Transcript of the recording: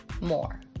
more